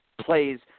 plays